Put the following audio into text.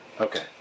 Okay